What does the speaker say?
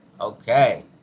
Okay